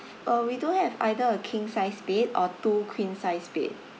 uh we do have either a king size bed or two queen size bed